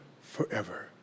forever